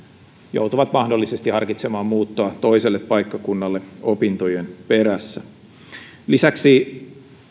joutuvat mahdollisesti harkitsemaan muuttoa toiselle paikkakunnalle opintojen perässä lisäksi